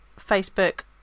Facebook